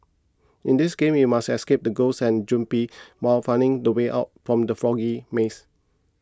in this game you must escape the ghosts and zombies while finding the way out from the foggy maze